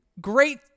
great